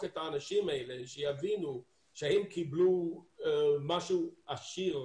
את האנשים האלה שיבינו שהם קיבלו משהו עשיר,